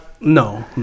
No